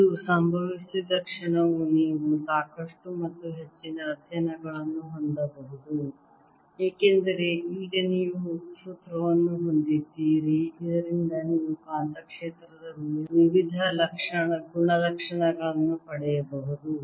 ಇದು ಸಂಭವಿಸುವ ಕ್ಷಣವು ನೀವು ಸಾಕಷ್ಟು ಮತ್ತು ಹೆಚ್ಚಿನ ಅಧ್ಯಯನಗಳನ್ನು ಹೊಂದಬಹುದು ಏಕೆಂದರೆ ಈಗ ನೀವು ಸೂತ್ರವನ್ನು ಹೊಂದಿದ್ದೀರಿ ಇದರಿಂದ ನೀವು ಕಾಂತಕ್ಷೇತ್ರದ ವಿವಿಧ ಗುಣಲಕ್ಷಣಗಳನ್ನು ಪಡೆಯಬಹುದು